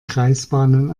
kreisbahnen